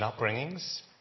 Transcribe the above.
upbringings